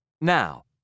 Now